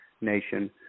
nation